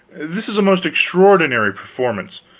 this is a most extraordinary performance.